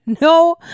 No